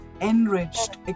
enriched